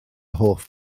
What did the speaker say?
hoff